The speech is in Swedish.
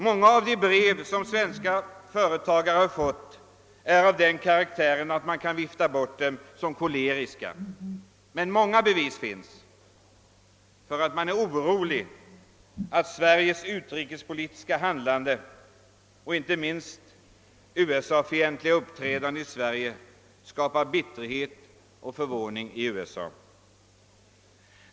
Många av de brev som kommit svenska företagare till handa är av den karaktären att man kan vifta bort dem som koleriska, men många bevis finns för att Sveriges utrikespolitiska handlande och inte minst det USA-fientliga uppträdandet i Sverige skapar bitterhet och förvåning i USA.